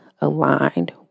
aligned